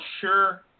sure